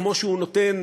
כמו שהוא נותן,